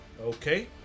Okay